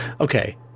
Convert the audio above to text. Okay